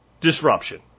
disruption